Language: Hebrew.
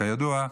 כידוע,